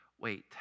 Wait